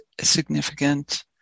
significant